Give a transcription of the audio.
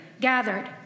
gathered